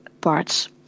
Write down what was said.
parts